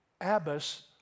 Abbas